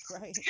right